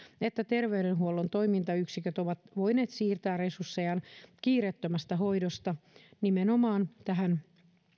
että terveydenhuollon toimintayksiköt ovat voineet siirtää resurssejaan kiireettömästä hoidosta nimenomaan tähän